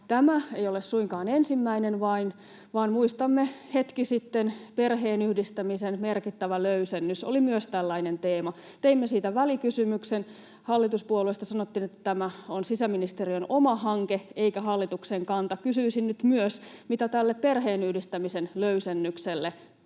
Tämä ei ole suinkaan vain ensimmäinen, vaan muistamme, että hetki sitten perheenyhdistämisen merkittävä löysennys oli myös tällainen teema. Teimme siitä välikysymyksen. Hallituspuolueista sanottiin, että tämä on sisäministeriön oma hanke eikä hallituksen kanta. Kysyisin nyt myös: mitä tälle perheenyhdistämisen löysennykselle